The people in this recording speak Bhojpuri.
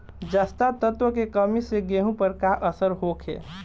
जस्ता तत्व के कमी से गेंहू पर का असर होखे?